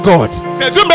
God